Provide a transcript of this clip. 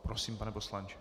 Prosím, pane poslanče.